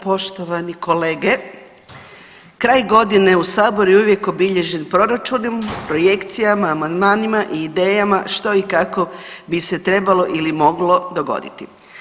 Poštovani kolege, kraj godine u saboru je uvijek obilježen proračunom, projekcijama, amandmanima i idejama što i kako bi se trebalo ili moglo dogoditi.